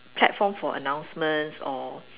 platform for announcements or